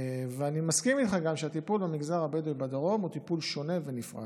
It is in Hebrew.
ואני מסכים איתך גם שהטיפול במגזר הבדואי בדרום הוא טיפול שונה ונפרד.